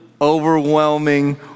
overwhelming